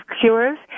Cures